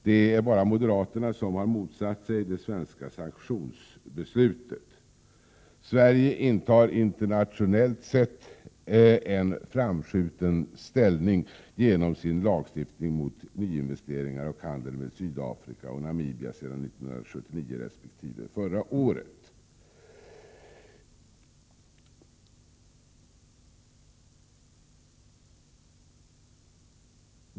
Det är bara moderaterna som har motsatt sig det svenska sanktionsbeslutet. Sverige intar internationellt sett en framskjuten ställning genom den lagstiftning mot nyinvesteringar och handel med Sydafrika och Namibia som vi har sedan 1979 resp. sedan förra året.